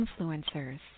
influencers